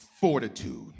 fortitude